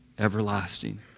Everlasting